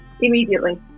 immediately